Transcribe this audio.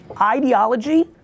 Ideology